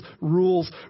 rules